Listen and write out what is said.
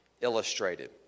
illustrated